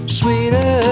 sweeter